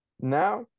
Now